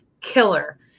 killer